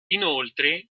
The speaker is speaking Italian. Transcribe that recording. inoltre